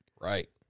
Right